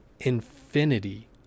infinity